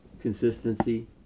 consistency